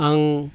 आं